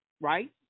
Right